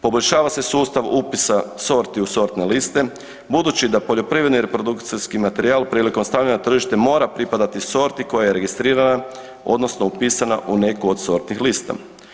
Poboljšava se sustav upis sorti u sortne liste, budući da poljoprivredni reprodukcijski materijal prilikom stavljanja na tržište mora pripadati sorti koja je registrirana odnosno upisana u neku od sortnih lista.